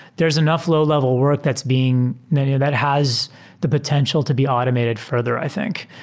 there's enough low-level work that's being many of that has the potential to be automated further, i think.